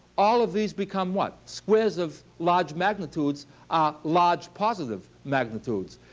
all of these become what? squares of large magnitudes are large positive magnitudes.